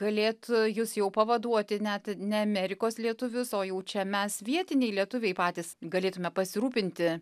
galėtų jus jau pavaduoti net ne amerikos lietuvius o jų čia mes vietiniai lietuviai patys galėtume pasirūpinti